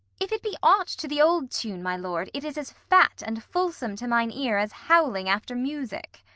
if it be aught to the old tune, my lord, it is as fat and fulsome to mine ear as howling after music.